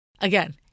Again